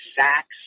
sacks